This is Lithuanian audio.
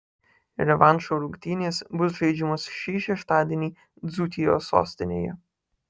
revanšo rungtynės bus žaidžiamos šį šeštadienį dzūkijos sostinėje